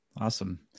Awesome